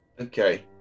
Okay